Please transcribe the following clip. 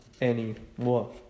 anymore